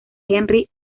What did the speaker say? henry